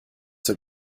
zur